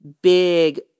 big